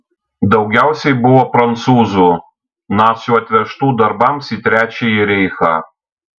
daugiausiai buvo prancūzų nacių atvežtų darbams į trečiąjį reichą